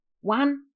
One